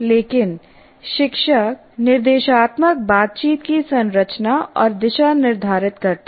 लेकिन शिक्षक निर्देशात्मक बातचीत की संरचना और दिशा निर्धारित करता है